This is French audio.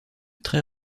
très